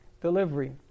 delivery